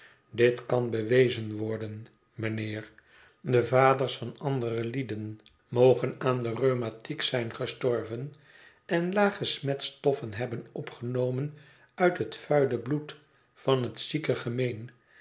dit kan bewezen worden mijnheer de vaders van andere lieden mogen aan de rheumatiek zijn gestorven en lage smetstoffen hebben opgenomen uit het vuile bloed van het zieke gemeen